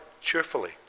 cheerfully